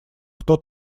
кто